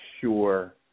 sure